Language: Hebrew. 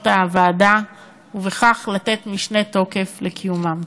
הוועדה וכך לתת משנה תוקף לקיומן.